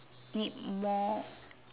need more